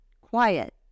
Quiet